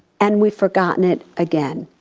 and we've forgotten it again.